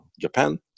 Japan